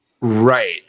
Right